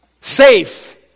safe